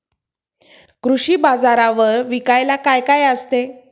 कृषी बाजारावर विकायला काय काय असते?